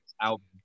album